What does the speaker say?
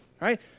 right